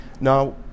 Now